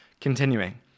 Continuing